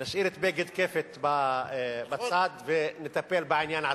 נשאיר את בג"ד-כפ"ת בצד ונטפל בעניין עצמו.